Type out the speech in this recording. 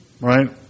Right